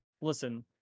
Listen